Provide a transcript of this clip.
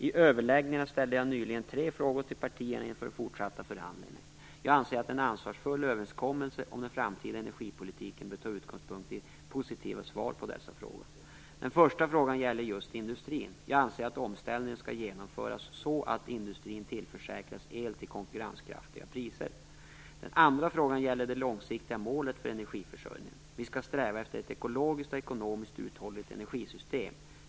I överläggningarna ställde jag nyligen tre frågor till partierna inför de fortsatta förhandlingarna. Jag anser att en ansvarsfull överenskommelse om den framtida energipolitiken bör ta utgångspunkt i positiva svar på dessa frågor. Den första frågan gäller just industrin. Jag anser att omställningen skall genomföras så att industrin tillförsäkras el till konkurrenskraftiga priser. Den andra frågan gäller det långsiktiga målet för energiförsörjningen. Vi skall sträva efter ett ekologiskt och ekonomiskt uthålligt energisystem.